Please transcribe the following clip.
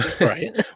right